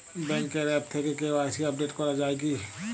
ব্যাঙ্কের আ্যপ থেকে KYC update করা যায় কি?